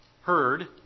heard